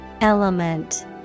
Element